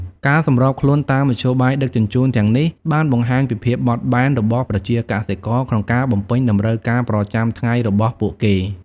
ការសម្របខ្លួនតាមមធ្យោបាយដឹកជញ្ជូនទាំងនេះបានបង្ហាញពីភាពបត់បែនរបស់ប្រជាកសិករក្នុងការបំពេញតម្រូវការប្រចាំថ្ងៃរបស់ពួកគេ។